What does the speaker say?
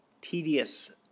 tedious